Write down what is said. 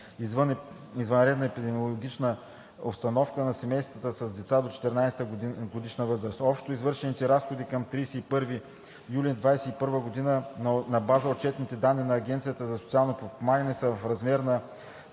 извънредна епидемична обстановка на семейства с деца до 14-годишна възраст. Общо извършените разходи към 31 юли 2021 г. на база отчетните данни на Агенцията за социално подпомагане са в размер